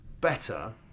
better